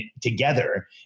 together